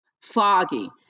foggy